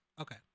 Okay